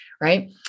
Right